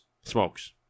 smokes